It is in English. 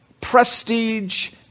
prestige